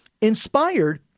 Inspired